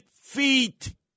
feet